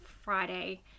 Friday